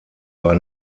war